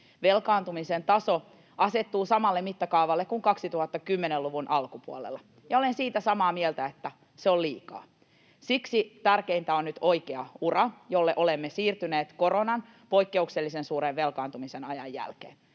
Velkaantumisen taso asettuu samalle mittakaavalle kuin 2010-luvun alkupuolella, ja olen siitä samaa mieltä, että se on liikaa. Siksi tärkeintä on nyt oikea ura, jolle olemme siirtyneet korona-ajan poikkeuk-sellisen suuren velkaantumisen jälkeen.